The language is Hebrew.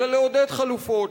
אלא לעודד חלופות,